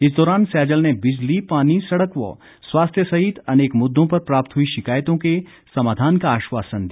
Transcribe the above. इस दौरान सैजल ने बिजली पानी सड़क व स्वास्थ्य सहित अनेक मुद्दों पर प्राप्त हुई शिकायतों के समाधान का आश्वासन दिया